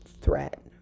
threat